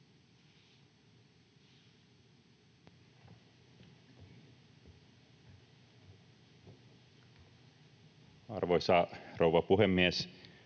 Arvoisa rouva puhemies!